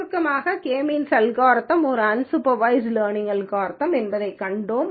சுருக்கமாக K means algorithm ஒரு unsupervised learning algorithm என்பதைக் கண்டோம்